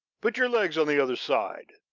put your legs on the other side.